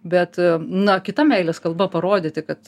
bet na kita meilės kalba parodyti kad